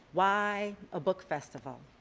why a book festival?